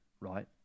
right